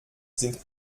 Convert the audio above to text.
sind